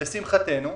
לשמחתנו,